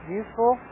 useful